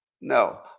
No